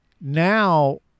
now